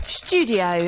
studio